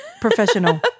Professional